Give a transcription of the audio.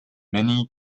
many